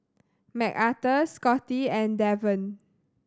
Macarthur Scotty and Deven